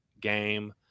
game